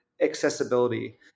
accessibility